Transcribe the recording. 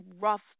rough